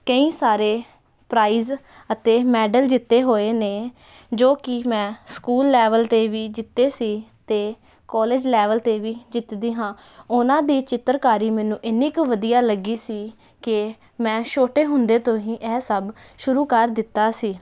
ਕਈ ਸਾਰੇ ਪ੍ਰਾਈਜ ਅਤੇ ਮੈਡਲ ਜਿੱਤੇ ਹੋਏ ਨੇ ਜੋ ਕਿ ਮੈਂ ਸਕੂਲ ਲੈਵਲ 'ਤੇ ਵੀ ਜਿੱਤੇ ਸੀ ਅਤੇ ਕਾਲਜ ਲੈਵਲ 'ਤੇ ਵੀ ਜਿੱਤਦੀ ਹਾਂ ਉਹਨਾਂ ਦੀ ਚਿੱਤਰਕਾਰੀ ਮੈਨੂੰ ਇੰਨੀ ਕੁ ਵਧੀਆ ਲੱਗੀ ਸੀ ਕਿ ਮੈਂ ਛੋਟੇ ਹੁੰਦੇ ਤੋਂ ਹੀ ਇਹ ਸਭ ਸ਼ੁਰੂ ਕਰ ਦਿੱਤਾ ਸੀ